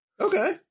Okay